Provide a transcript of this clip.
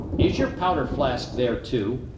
is your powder-flask there, too?